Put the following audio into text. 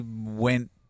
went